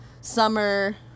summer